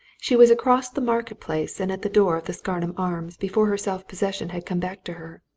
she was across the market-place and at the door of the scarnham arms before her self-possession had come back to her.